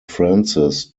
frances